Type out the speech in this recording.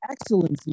excellency